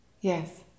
Yes